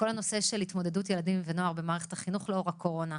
כל הנושא של התמודדות ילדים ונוער במערכת החינוך לאור הקורונה.